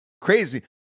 crazy